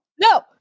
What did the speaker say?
No